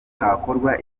hakorwa